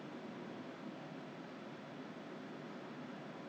so it's not the the disposable cup lah they actually put in the mug chilled mug ah